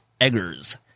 Eggers